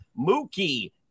Mookie